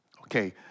Okay